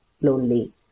lonely